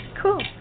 cool